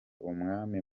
umwami